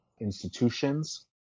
institutions